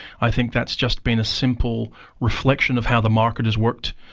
i think that's just been a simple reflection of how the market has worked,